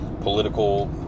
political